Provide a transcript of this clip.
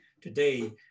today